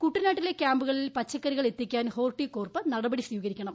കുട്ടനാട്ടിലെ ക്യാമ്പുകളിൽ പച്ചക്കറികൾ എത്തിക്കാൻ ഹോർട്ടികോർപ്പ് നടപടി സ്വീകരിക്കണം